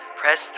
press